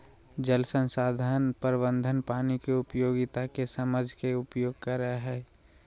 जल संसाधन प्रबंधन पानी के उपयोगिता के समझ के उपयोग करई हई